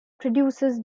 produces